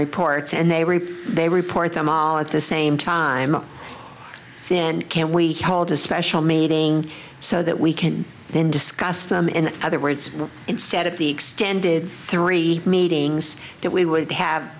reports and they were they report them all at the same time then can we hold a special meeting so that we can then discuss them in other words instead of the extended three meetings that we would have